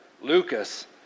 Lucas